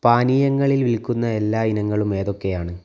പാനീയങ്ങളിൽ വിൽക്കുന്ന എല്ലാ ഇനങ്ങളും ഏതൊക്കെയാണ്